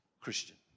Christian